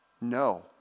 no